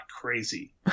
crazy